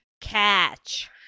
catch